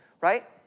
right